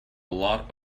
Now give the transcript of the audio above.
lot